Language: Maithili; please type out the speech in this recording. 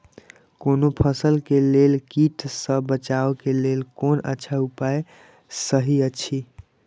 कोनो फसल के लेल कीट सँ बचाव के लेल कोन अच्छा उपाय सहि अछि?